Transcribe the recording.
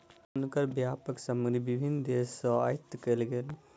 हुनकर व्यापारक सामग्री विभिन्न देस सॅ आयात कयल गेल